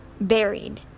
buried